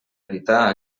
evitar